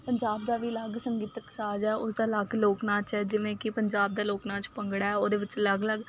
ਪੰਜਾਬ ਦਾ ਵੀ ਅਲੱਗ ਸੰਗੀਤਕ ਸਾਜ ਹੈ ਉਸਦਾ ਅਲੱਗ ਲੋਕ ਨਾਚ ਹੈ ਜਿਵੇਂ ਕਿ ਪੰਜਾਬ ਦਾ ਲੋਕ ਨਾਚ ਭੰਗੜਾ ਉਹਦੇ ਵਿੱਚ ਅਲੱਗ ਅਲੱਗ